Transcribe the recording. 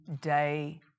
day